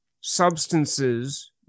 substances